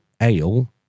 ale